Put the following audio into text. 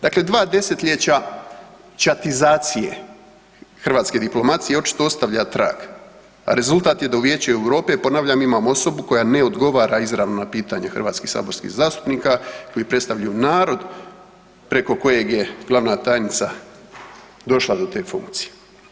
Dakle dva desetljeća „ćatizacije“ hrvatske diplomacije očito ostavlja trag, a rezultat je da u Vijeću Europe, ponavljam, imamo osobu koja ne odgovara izravno na pitanje hrvatskih saborskih zastupnika koji predstavljaju narod preko kojeg je glavna tajnia došla do te funkcije.